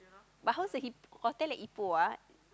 but how's heat hotel at Ipoh ah